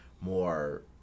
more